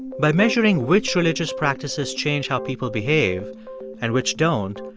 by measuring which religious practices change how people behave and which don't,